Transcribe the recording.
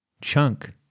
chunk